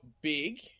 big